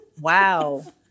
Wow